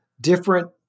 different